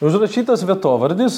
užrašytas vietovardis